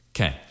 Okay